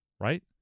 right